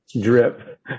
drip